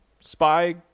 spy